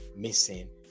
Missing